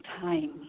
time